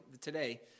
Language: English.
today